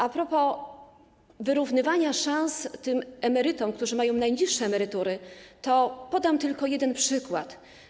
A propos wyrównywania szans tym emerytom, którzy mają najniższe emerytury, to podam tylko jeden przykład.